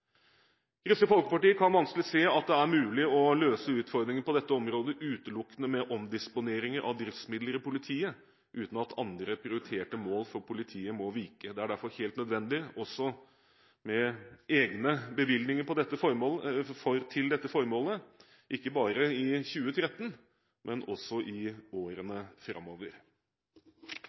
Kristelig Folkeparti kan vanskelig se at det er mulig å løse utfordringene på dette området utelukkende med omdisponeringer av driftsmidler i politiet, uten at andre prioriterte mål for politiet må vike. Det er derfor helt nødvendig også med egne bevilgninger til dette formålet, ikke bare i 2013, men også i årene framover.